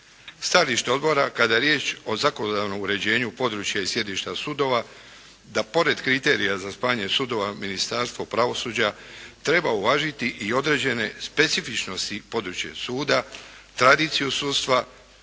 Stajalište odbora kada je riječ o zakonodavnom uređenju područja i sjedišta sudova da pored kriterija za spajanje sudova Ministarstvo pravosuđa treba uvažiti i određene specifičnosti područje suda, tradiciju sudstva,